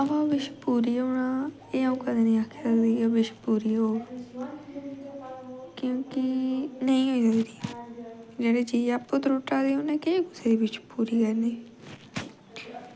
अवा ओह् बिश पूरी होना एह् अऊं कदें नी आक्खी सकदा कि ओह् बिश पूरी होग क्योंकि नेंई होई सकदी जेह्ड़ी चीज़ आपूं त्रुट्टा दी उनैं केह् कुसे दी बिश करनी